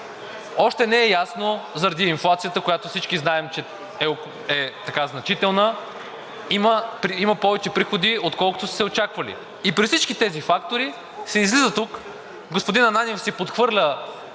Още не е ясно заради инфлацията, която всички знаем, че е значителна има повече приходи, отколкото са се очаквали. И при всички тези фактори излиза тук господин Ананиев, подхвърля